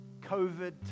COVID